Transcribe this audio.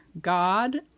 God